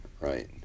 right